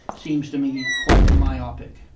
seems to me quite myopic.